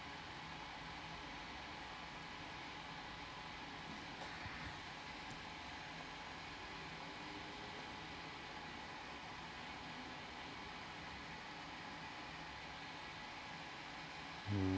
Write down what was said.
um